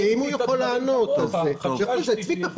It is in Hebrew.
לא שאלתי אותך.